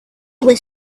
was